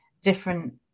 different